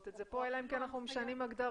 את זה כאן אלא אם כן אנחנו משנים הגדרות,